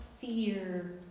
fear